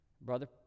Brother